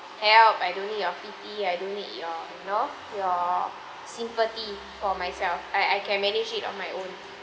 help I don't your pity I don't need your you know your sympathy for myself I I can manage it on my own